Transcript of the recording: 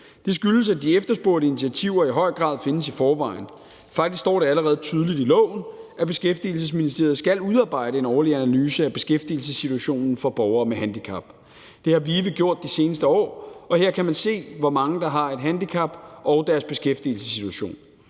Det skyldes, at de efterspurgte initiativer i høj grad findes i forvejen. Faktisk står det allerede tydeligt i loven, at Beskæftigelsesministeriet skal udarbejde en årlig analyse af beskæftigelsessituationen for borgere med handicap. Det har VIVE gjort de seneste år, og her kan man se, hvor mange der har et handicap og deres beskæftigelsessituation.